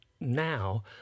Now